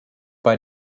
bei